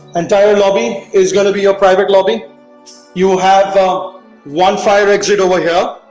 entire lobby is going to be your private lobby you have one fire exit over here